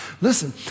Listen